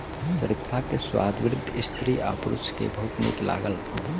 शरीफा के स्वाद वृद्ध स्त्री आ पुरुष के बहुत नीक लागल